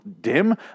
dim